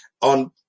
on